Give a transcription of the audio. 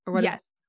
Yes